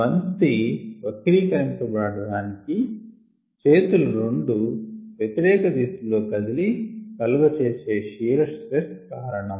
బంతి వక్రీకరింపబడటానికి చేతులు రెండు వ్యతిరేక దిశలో కదిలి కలుగ చేసే షియార్ స్ట్రెస్ కారణం